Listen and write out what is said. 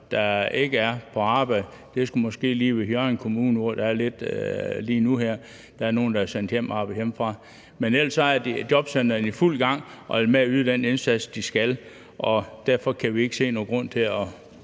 der ikke er på arbejde. Det skulle måske lige være Hjørring Kommune, hvor der lige nu er lidt smitte, og hvor der er nogle, der er sendt hjem og arbejder hjemmefra, men ellers er jobcentrene i fuld gang med at yde den indsats, som de skal, og derfor kan vi ikke se nogen grund til at